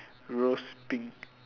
rose pink